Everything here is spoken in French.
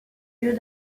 yeux